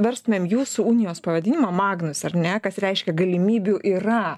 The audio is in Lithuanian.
verstumėm jūsų unijos pavadinimą magnus ar ne kas reiškia galimybių yra